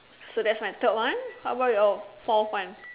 so that's my third one how about your fourth one